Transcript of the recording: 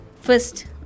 First